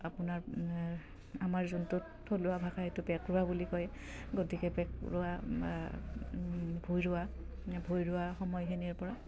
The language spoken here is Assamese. আপোনাৰ আমাৰ যোনটোত থলুৱা ভাষা সেইটো পেকৰুৱা বুলি কয় গতিকে পেকৰুৱা বা ভূঁই ৰোৱা সময়খিনিৰ পৰা